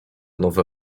nowe